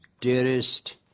Dearest